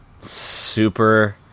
Super